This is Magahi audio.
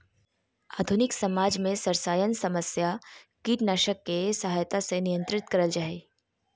आधुनिक समाज में सरसायन समस्या कीटनाशक के सहायता से नियंत्रित करल जा हई